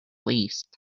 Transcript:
least